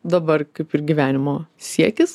dabar kaip ir gyvenimo siekis